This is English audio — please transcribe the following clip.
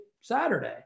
Saturday